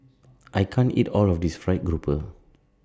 I can't eat All of This Fried Grouper